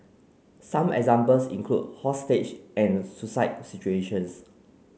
some examples include hostage and suicide situations